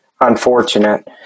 unfortunate